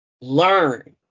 learn